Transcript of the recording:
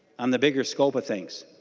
on the bigger scope of things.